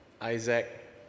Isaac